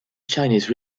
chinese